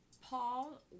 Paul